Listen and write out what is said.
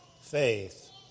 faith